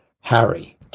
Harry